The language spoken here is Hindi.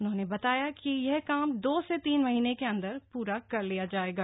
उन्होंने बताया कि यह काम दो से तीन महीने के अंदर पुरा कर लिया जाएगा